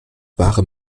bare